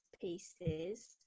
pieces